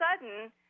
sudden